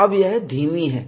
यह अब धीमी है